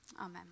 Amen